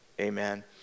Amen